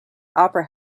opera